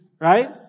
right